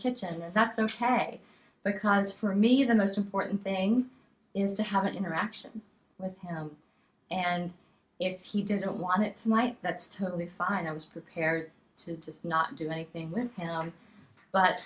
kitchen and that's i'm farai because for me the most important thing is to have an interaction with him and if he didn't want it might that's totally fine i was prepared to just not do anything with him but